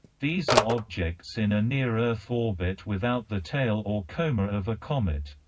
these are objects in a near-earth orbit without the tail or coma of a comet.